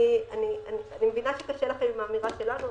אני מבינה שקשה לכם עם האמירה שלנו,